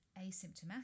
asymptomatic